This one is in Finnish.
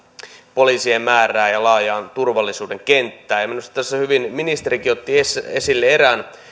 poliisien määrään ja laajaan turvallisuuden kenttään minusta tässä hyvin ministerikin otti esille esille erään